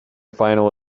final